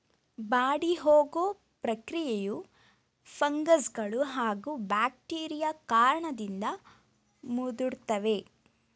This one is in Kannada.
ಬಾಡಿಹೋಗೊ ಪ್ರಕ್ರಿಯೆಯು ಫಂಗಸ್ಗಳೂ ಹಾಗೂ ಬ್ಯಾಕ್ಟೀರಿಯಾ ಕಾರಣದಿಂದ ಮುದುಡ್ತವೆ